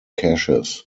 caches